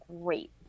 great